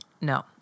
No